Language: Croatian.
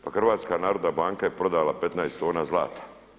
Pa Hrvatska narodna banka je prodala 15 tona zlata.